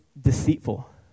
deceitful